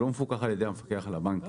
הוא לא מפוקח על ידי המפקח על הבנקים.